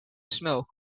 smoke